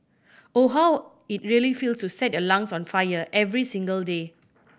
or how it really feels to set your lungs on fire every single day